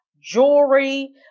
jewelry